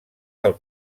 del